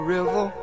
River